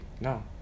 no